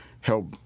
help